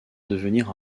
devenir